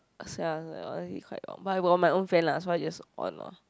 sia but I got my own fan lah so I just on lor